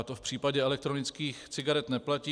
To v případě elektronických cigaret neplatí.